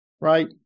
Right